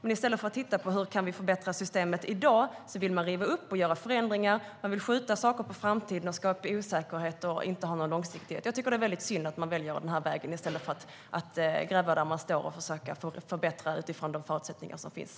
I stället för att titta på hur vi kan förbättra dagens system vill man riva upp, göra förändringar, skjuta saker på framtiden, skapa osäkerhet och inte ha någon långsiktighet. Det är synd att man väljer denna väg i stället för att gräva där man står och försöka förbättra utifrån de förutsättningar som finns.